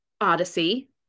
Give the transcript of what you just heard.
Odyssey